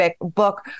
book